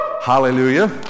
Hallelujah